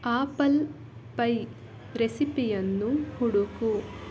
apple pie ರೆಸಿಪಿಯನ್ನು ಹುಡುಕು